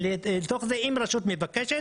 לתוך זה, אם הרשות מבקשת